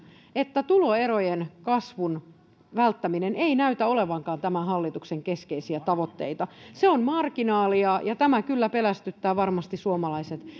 että tuloerojen kasvun välttäminen ei näytäkään olevan tämän hallituksen keskeisiä tavoitteita se on marginaalia ja tämä kyllä varmasti pelästyttää suomalaiset